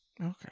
okay